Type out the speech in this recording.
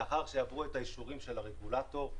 לאחר שיעברו את האישורים של הרגולטור.